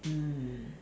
mm